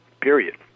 Period